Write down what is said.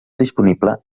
disponible